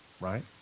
right